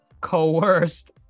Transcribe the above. coerced